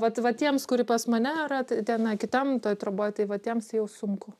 vat vat tiems kuri pas mane yra ten na kitam toj troboj tai vat jiems jau sunku